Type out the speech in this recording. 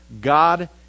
God